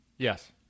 Yes